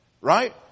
Right